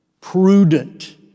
prudent